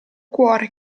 cuore